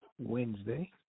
Wednesday